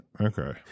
Okay